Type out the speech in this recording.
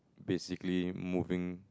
basically moving